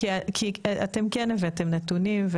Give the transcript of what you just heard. כי אתם כן הבאתם נתונים.